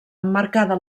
emmarcada